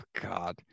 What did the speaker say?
God